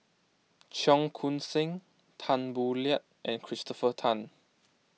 Cheong Koon Seng Tan Boo Liat and Christopher Tan